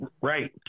Right